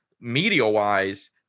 media-wise